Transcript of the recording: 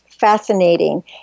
Fascinating